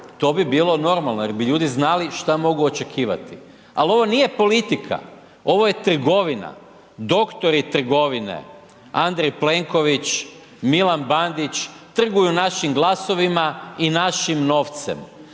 to bi bilo normalno jer bi ljudi znali šta mogu očekivati, al ovo nije politika, ovo je trgovina, doktori trgovine Andrej Plenković, Milan Bandić trguju našim glasovima i našim novcem,